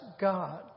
God